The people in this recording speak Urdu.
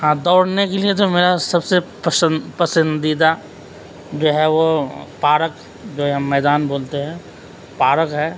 ہاں دوڑنے کے لیے تو میرا سب سے پسند پسندیدہ جو ہے وہ پارک جو ہے میدان بولتے ہیں پارک ہے